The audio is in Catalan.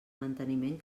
manteniment